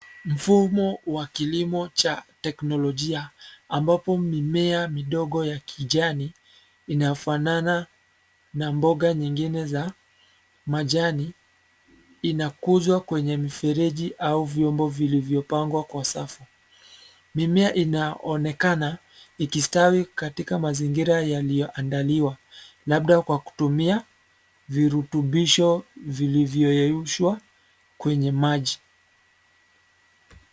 Mfumo wa kilimo cha, teknolojia, ambapo mimea midogo ya kijani, inayofanana, na mboga nyingine za, majani, inakuzwa kwenye mifereji au vyombo vilivyopangwa kwa safu, mimea inaonekana, ikistawi katika mazingira yaliyoandaliwa, labda kwa kutumia, virutubisho, vilivyoyeyushwa, kwenye maji.